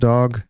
Dog